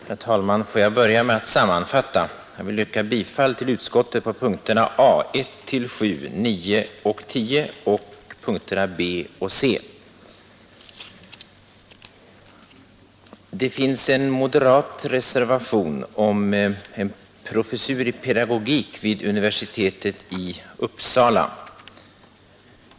Herr talman! Får jag börja med att sammanfatta. Jag yrkar bifall till utskottets hemställan i de delar beträffande vilka herr Gustafsson i Det finns en moderat reservation om en professur i pedagogik vid universitetet i Uppsala.